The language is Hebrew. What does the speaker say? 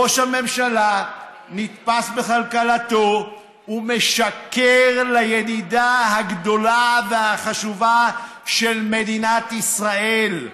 ראש הממשלה נתפס בקלקלתו ומשקר לידידה הגדולה והחשובה של מדינת ישראל,